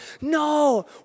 No